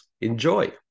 Enjoy